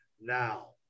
now